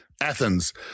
Athens